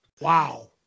Wow